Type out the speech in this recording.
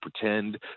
pretend